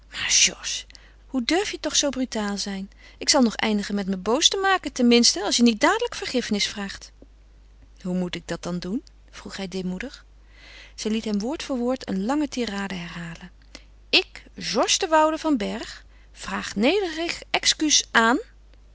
hoe durf je toch zoo brutaal zijn ik zal nog eindigen met me boos te maken ten minste als je niet dadelijk vergiffenis vraagt hoe moet ik dat dan doen vroeg hij deemoedig zij liet hem woord voor woord een lange tirade herhalen ik georges de woude van bergh vraag nederig excuus aan